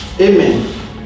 Amen